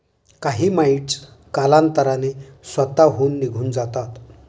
काही माइटस कालांतराने स्वतःहून निघून जातात